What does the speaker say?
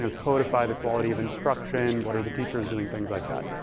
ah codify the quality of instruction, what are the teachers doing, things like that.